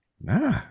Nah